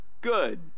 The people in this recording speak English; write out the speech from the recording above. good